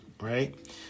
Right